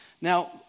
Now